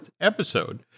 episode